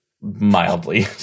Mildly